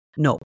No